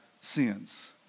sins